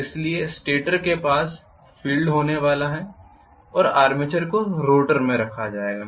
इसलिए स्टेटर के पास फील्ड होने वाला है और आर्मेचर को रोटर में रखा जाएगा